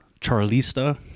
Charlista